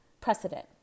precedent